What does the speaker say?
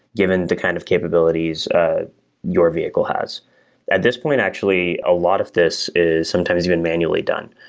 given the kind of capabilities ah your vehicle has at this point actually, a lot of this is sometimes even manually done.